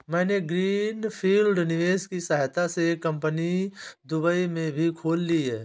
मैंने green field निवेश की सहायता से एक कंपनी दुबई में भी खोल ली है